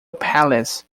palace